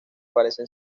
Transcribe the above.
parecen